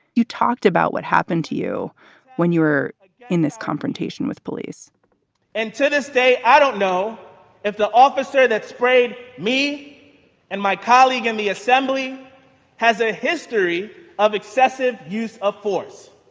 you talked about what happened to you when you were in this confrontation with police and to this day, i don't know if the officer that sprayed me and my colleague in the assembly has a history of excessive use of force.